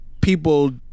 people